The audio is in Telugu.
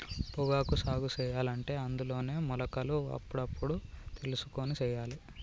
పొగాకు సాగు సెయ్యలంటే అందులోనే మొలకలు అప్పుడప్పుడు తెలుసుకొని సెయ్యాలే